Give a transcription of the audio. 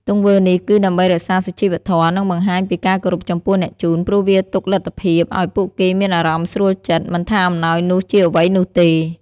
ទង្វើនេះគឺដើម្បីរក្សាសុជីវធម៌ និងបង្ហាញពីការគោរពចំពោះអ្នកជូន ព្រោះវាទុកលទ្ធភាពឲ្យពួកគេមានអារម្មណ៍ស្រួលចិត្ត មិនថាអំណោយនោះជាអ្វីនោះទេ។